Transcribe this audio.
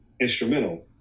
instrumental